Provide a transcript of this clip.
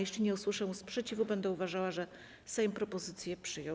Jeżeli nie usłyszę sprzeciwu, będę uważała, że Sejm propozycję przyjął.